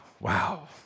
Wow